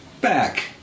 back